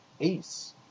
ace